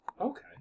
Okay